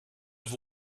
have